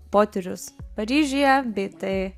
potyrius paryžiuje bei tai